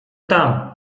tam